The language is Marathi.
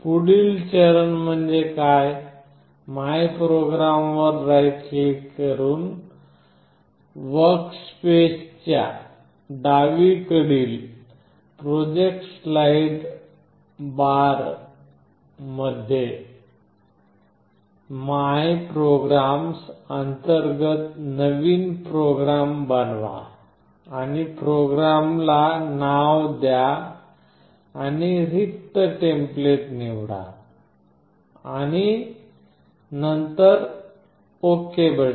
पुढील चरण म्हणजे माय प्रोग्राम वर राईट क्लिक करून वर्कस्पेसच्या डावीकडील प्रोजेक्ट स्लाइड बारमध्ये माय प्रोग्राम्स अंतर्गत नवीन प्रोग्राम बनवा आणि प्रोग्रामला नाव द्या आणि रिक्त टेम्पलेट निवडा आणि नंतर आपण ओके दाबा